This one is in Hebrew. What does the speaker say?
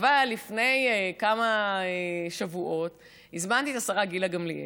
אבל לפני כמה שבועות הזמנתי את השרה גילה גמליאל,